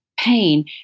pain